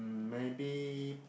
mm maybe